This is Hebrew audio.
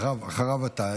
אחריו, אתה.